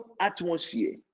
atmosphere